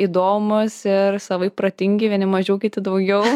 įdomūs ir savaip protingi vieni mažiau kiti daugiau